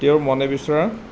তেওঁ মনে বিচৰা